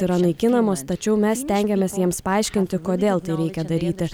yra naikinamos tačiau mes stengiamės jiems paaiškinti kodėl tai reikia daryti